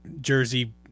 Jersey